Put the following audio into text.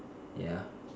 ya